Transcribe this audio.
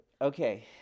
Okay